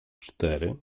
cztery